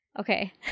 Okay